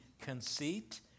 conceit